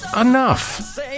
enough